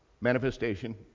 manifestation